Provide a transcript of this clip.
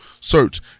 search